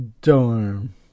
dorm